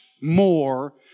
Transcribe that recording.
more